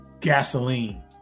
gasoline